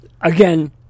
Again